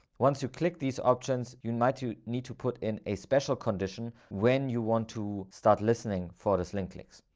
once you click these options, you might you need to put in a special condition when you want to start listening for this link clicks.